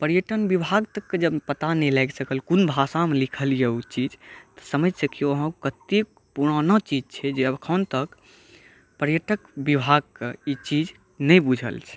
पर्यटन विभाग तक कए जँ पता नहि लागि सकल कोन भाषामे लिखल अछि ओ चीज तऽ कतेक पुराना चीज छै एखन तक पर्यटन विभागके ई चीज नहि बुझल छै